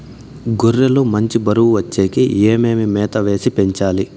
గొర్రె లు మంచి బరువు వచ్చేకి ఏమేమి మేత వేసి పెంచాలి?